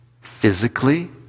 physically